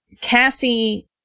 Cassie